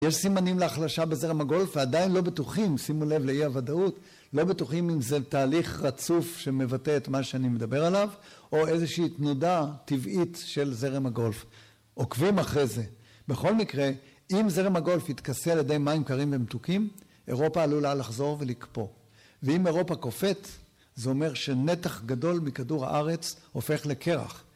יש סימנים להחלשה בזרם הגולף, ועדיין לא בטוחים, שימו לב לאי-הוודאות, לא בטוחים אם זה תהליך רצוף שמבטא את מה שאני מדבר עליו, או איזושהי תנודה טבעית של זרם הגולף. עוקבים אחרי זה. בכל מקרה, אם זרם הגולף יתכסה על ידי מים קרים ומתוקים, אירופה עלולה לחזור ולקפוא. ואם אירופה קופאת, זה אומר שנתח גדול מכדור הארץ הופך לקרח.